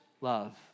love